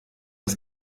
das